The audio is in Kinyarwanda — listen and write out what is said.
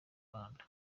rwanda